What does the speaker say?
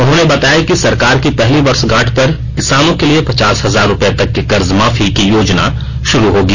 उन्होंने बताया कि सरकार की पहली वर्षगांठ पर किसानों के लिए पचास हजार रूपये तक की कर्ज माफी की योजना शुरू होगी